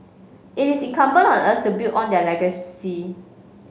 it is incumbent on us build on their legacy